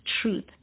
truth